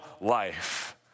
life